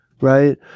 right